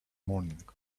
morning